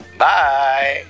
bye